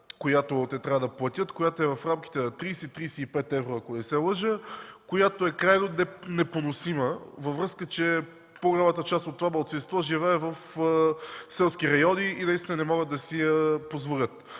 която те трябва да платят, която е в рамките на 30-35 евро, ако не се лъжа, която е крайно непоносима във връзка с това, че по-голямата част от това малцинство живее в селски райони и наистина не могат да си я позволят.